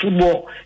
football